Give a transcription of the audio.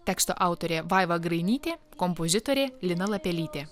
teksto autorė vaiva grainytė kompozitorė lina lapelytė